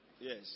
Yes